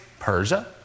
Persia